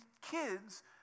kids